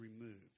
removed